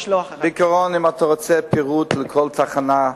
בעיקרון, אם אתה רוצה פירוט לכל תחנה,